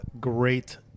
great